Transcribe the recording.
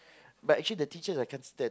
but actually the teachers I can't stand